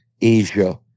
Asia